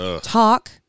talk